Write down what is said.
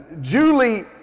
Julie